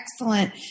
excellent